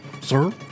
Sir